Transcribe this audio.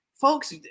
Folks